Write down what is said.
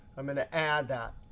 i'm going to add that.